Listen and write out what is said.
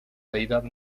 deidad